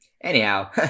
Anyhow